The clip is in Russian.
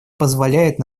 позволяет